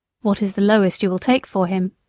what is the lowest you will take for him?